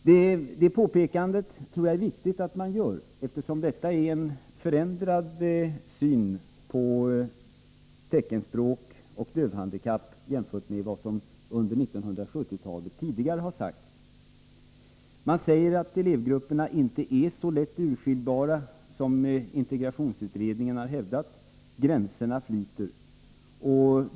Jag tror att det är viktigt att man gör det påpekandet, eftersom detta är en förändrad syn på teckenspråk och dövhandikapp jämfört med vad som tidigare har sagts under 1970-talet. Nu framhålls att elevgrupperna inte är så lätt urskiljbara som integrationsutredningen har hävdat — gränserna flyter.